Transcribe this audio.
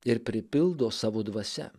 ir pripildo savo dvasia